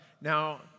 Now